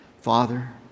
Father